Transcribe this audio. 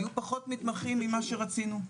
היו פחות מתמחים ממה שרצינו.